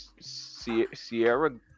Sierra